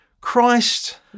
Christ